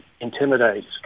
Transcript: intimidates